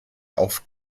auf